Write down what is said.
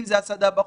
אם זה הסעדה בחוץ,